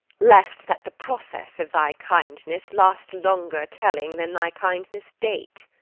lest that the process of thy kindness last longer telling than thy kindness' date.